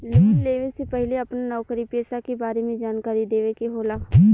Loan लेवे से पहिले अपना नौकरी पेसा के बारे मे जानकारी देवे के होला?